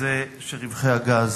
וזה שרווחי הגז